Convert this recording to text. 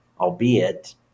Albeit